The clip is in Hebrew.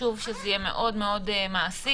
חשוב שזה יהיה מאוד מאוד מעשי.